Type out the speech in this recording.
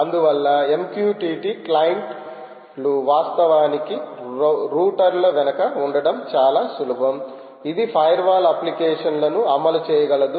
అందువల్ల MQTT క్లయింట్లు వాస్తవానికి రూటర్ల వెనుక ఉండడం చాలా సులభం ఇది ఫైర్వాల్ అప్లికేషన్ లను అమలు చేయగలదు